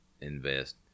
invest